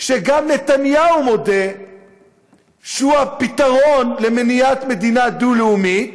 גם נתניהו מודה שהוא הפתרון למניעת מדינה דו-לאומית,